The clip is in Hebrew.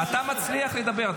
אתה מצליח לדבר.